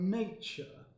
nature